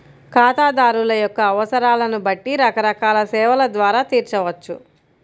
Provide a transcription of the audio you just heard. ఖాతాదారుల యొక్క అవసరాలను బట్టి రకరకాల సేవల ద్వారా తీర్చవచ్చు